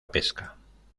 pesca